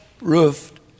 roofed